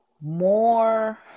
more